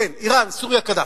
כן, אירן, סוריה, קדאפי.